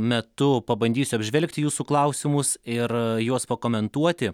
metu pabandysiu apžvelgti jūsų klausimus ir juos pakomentuoti